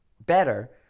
better